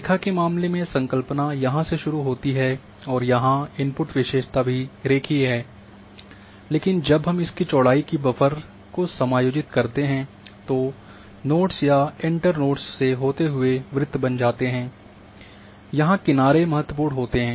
रेखा के मामले में संकल्पना यहाँ से शुरू होती है और यहाँ इनपुट विशेषता भी रेखीय है लेकिन जब हम इसकी चौड़ाई की बफ़र को समयोजित करते हैं तो नोड्स या एंटर नोड्स से होते हुए वृत्त बन जाते हैं और यहाँ किनारे महत्वपूर्ण होते हैं